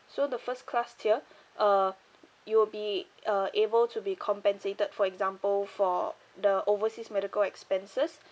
so the first class tier uh you'll be uh able to be compensated for example for the overseas medical expenses